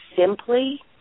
simply